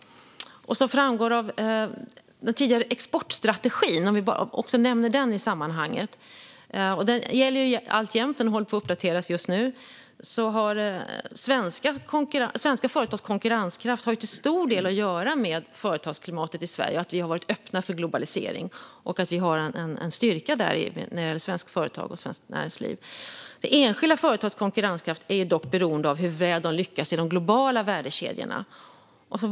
Som framgår av exportstrategin, som håller på att uppdateras, har svenska företags konkurrenskraft till stor del att göra med företagsklimatet i Sverige och att vi har varit öppna för globalisering, vilket är en styrka för svenskt näringsliv. De enskilda företagens konkurrenskraft är dock beroende av hur väl de lyckas i de globala värdekedjorna.